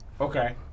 Okay